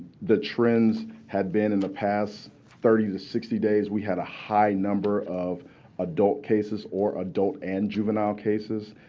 the trends had been in the past thirty to sixty days. we had a high number of adult cases or adult and juvenile cases.